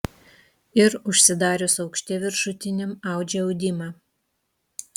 ir užsidarius aukšte viršutiniam audžia audimą